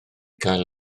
cael